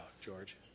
George